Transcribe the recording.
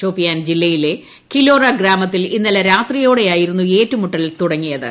ഷോപ്പിയാൻ ജില്ലയിലെ കിലോറ ഗ്രാമത്തിൽ ഇന്നലെ രാത്രിയോടെയായിരുന്നു ഏറ്റൂമുട്ടൽ തുടങ്ങിയത്